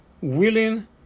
willing